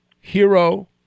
hero